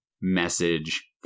message